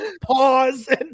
pause